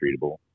treatable